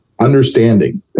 understanding